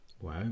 Wow